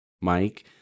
Mike